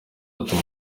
ati